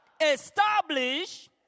establish